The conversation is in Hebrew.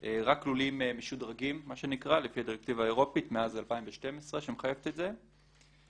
אלא רק לולים משודרגים לפי הדירקטיבה האירופית מאז 2012 שמחייבת את זה.